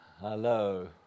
Hello